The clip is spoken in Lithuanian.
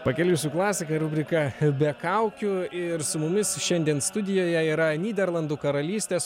pakeliui su klasika ir rubrika be kaukių ir su mumis šiandien studijoje yra nyderlandų karalystės